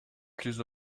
plus